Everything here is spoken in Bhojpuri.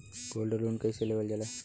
गोल्ड लोन कईसे लेवल जा ला?